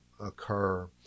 occur